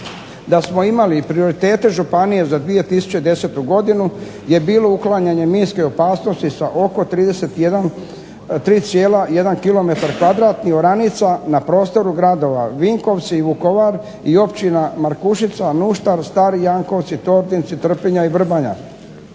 Da smo imali prioritete županije za 2010.godinu je bilo uklanjanje minske opasnosti sa oko 3,1 km2 oranica na prostoru gradova Vinkovci, Vukovar i općina Markušica, Nuštar, Stari Jankovci, Tordinci, Trpinja i Vrbanja